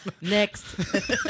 next